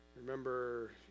Remember